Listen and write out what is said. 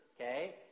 okay